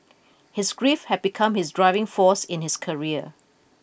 his grief had become his driving force in his career